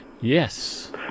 Yes